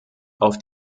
auf